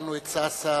הקמנו את סאסא,